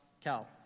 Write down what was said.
Cal